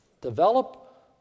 Develop